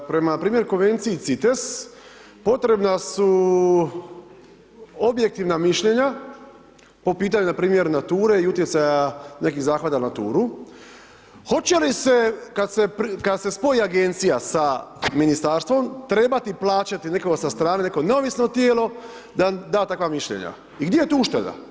Prema primjer Konvenciji CITES potrebna su objektivna mišljenja po pitanju npr. nature i utjecaja nekih zahvata naturu, hoće li se, kad se spoji Agencija sa Ministarstvom, trebati plaćati, nekoga sa strane, neko neovisno tijelo, da da takva mišljenja i gdje je tu ušteda?